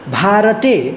भारते